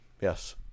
yes